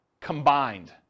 combined